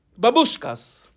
babushkas